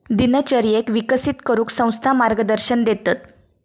दिनचर्येक विकसित करूक संस्था मार्गदर्शन देतत